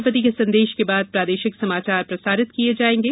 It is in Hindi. राष्ट्रपति के संदेश के बाद प्रादेशिक समाचार प्रसारित किये जायेंगे